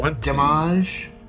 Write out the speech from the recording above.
damage